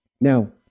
Now